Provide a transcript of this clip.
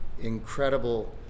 incredible